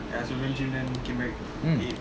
mm